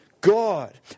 God